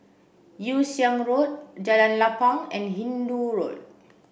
Yew Siang Road Jalan Lapang and Hindoo Road